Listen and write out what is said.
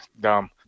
dumb